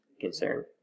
concern